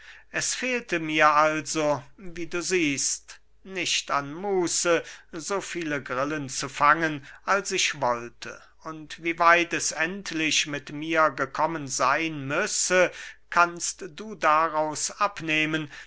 es fehlte mir also wie du siehest nicht an muße so viele grillen zu fangen als ich wollte und wie weit es endlich mit mir gekommen seyn müsse kannst du daraus abnehmen